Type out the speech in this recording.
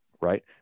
right